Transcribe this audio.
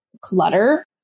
clutter